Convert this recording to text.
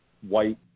white